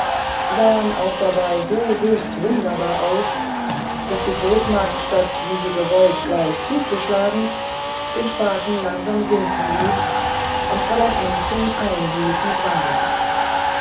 sahen auch dabei so höchst wunderbar aus daß die großmagd statt wie sie gewollt gleich zuzuschlagen den spaten langsam sinken ließ und fräulein ännchen einhielt mit weinen